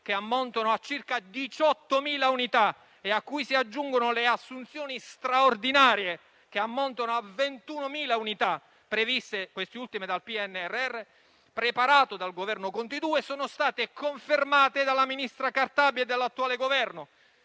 che ammontano a circa 18.000 unità, a cui si aggiungono le assunzioni straordinarie, che ammontano a 21.000 unità, queste ultime previste dal PNRR, preparato dal Governo Conte II, sono state confermate dalla ministra Cartabia e dall'attuale Governo.